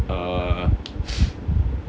uh